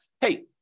hey